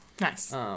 Nice